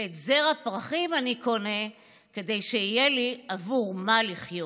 ואת זר הפרחים אני קונה כדי שיהיה לי עבור מה לחיות.